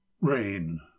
Rain